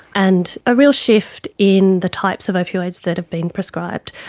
and a real shift in the types of opioids that have been prescribed.